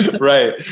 Right